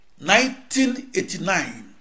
1989